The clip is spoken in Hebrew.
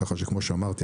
כך שכמו שאמרתי,